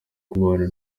kubana